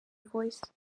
voice